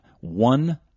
one